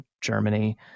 Germany